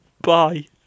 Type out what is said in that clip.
Bye